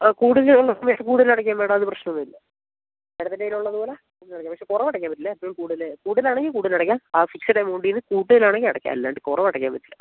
ആ കൂടുതൽ ഉള്ള സമയത്ത് കൂടുതൽ അടയ്ക്കാം മാഡം അത് പ്രശ്നം ഒന്നും ഇല്ല മാഡത്തിൻ്റെ കൈയ്യിൽ ഉള്ളതുപോലെ അങ്ങനെ അടയ്ക്കാം പക്ഷേ കുറവ് അടയ്ക്കാൻ പറ്റില്ല എപ്പോഴും കൂടുതൽ കൂടുതൽ ആണെങ്കിൽ കൂടുതൽ അടയ്ക്കാം ആ ഫിക്സഡ് അമൗണ്ടീന്ന് കൂട്ടാനാണെങ്കീ അടയ്ക്കാം അല്ലാണ്ട് കുറവ് അടയ്ക്കാൻ പറ്റില്ല